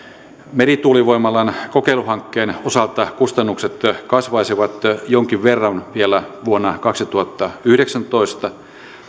merituulivoimalan kokeiluhankkeen osalta kustannukset kasvaisivat jonkin verran vielä vuonna kaksituhattayhdeksäntoista